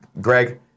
Greg